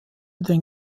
den